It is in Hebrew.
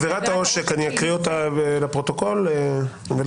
עבירת העושק, אני אקריא אותה לפרוטוקול ולחברי